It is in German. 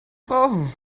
brauchen